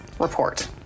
report